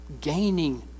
gaining